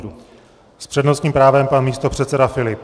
S přednostním právem pan místopředseda Filip.